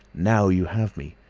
now you have me!